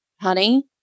honey